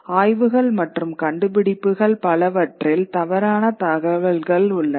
ஆய்வுகள் மற்றும் கண்டுபிடிப்புகள் பலவற்றில் தவறான தகவல்கள் உள்ளன